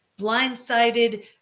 blindsided